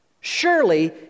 Surely